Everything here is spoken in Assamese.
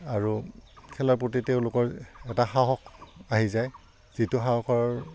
আৰু খেলাৰ প্ৰতি তেওঁলোকৰ এটা সাহস আহি যায় যিটো সাহসৰ